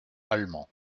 allemand